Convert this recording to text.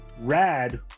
rad